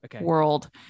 world